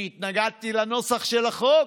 כי התנגדתי לנוסח של החוק.